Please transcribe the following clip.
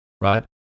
right